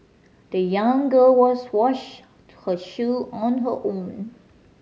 the young girl was washed her shoe on her own